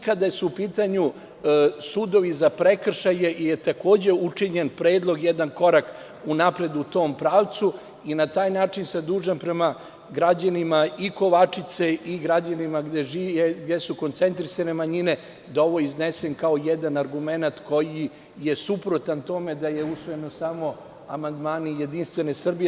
Kada su u pitanju sudovi za prekršaje, takođe je učinjen predlog, jedan korak unapred u tom pravcu i na taj način sam dužan prema građanima Kovačice i građanima gde jesu koncentrisane manjine da ovo iznesem kao jedan argument koji je suprotan tome da su usvojeni samo amandmani Jedinstvene Srbije.